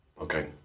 Okay